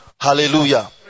Hallelujah